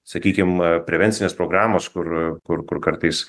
sakykim prevencinės programos kur kur kur kartais